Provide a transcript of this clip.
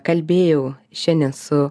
kalbėjau šiandien su